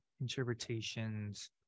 interpretations